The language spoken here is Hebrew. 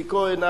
עוזי כהן,